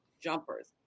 jumpers